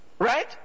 Right